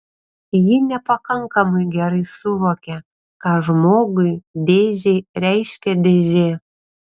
ji nepakankamai gerai suvokia ką žmogui dėžei reiškia dėžė